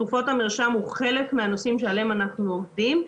תרופות מרשם זה חלק מהנושאים שעליהם אנחנו עובדים.